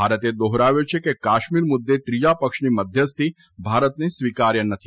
ભારતે દોહવ્યુંં છે કે કાશ્મીર મુદ્દે ત્રીજા પક્ષની મધ્યસ્થી ભારતને સ્વીકાર્ય નથી